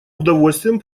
удовольствием